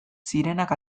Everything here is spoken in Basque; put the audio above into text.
zirenak